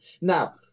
Now